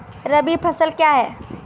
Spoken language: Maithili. रबी फसल क्या हैं?